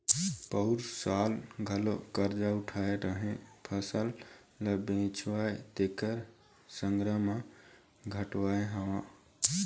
पउर साल घलोक करजा उठाय रेहेंव, फसल ल बेचेंव तेखरे संघरा म कटवाय हँव